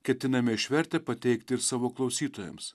ketiname išvertę pateikt ir savo klausytojams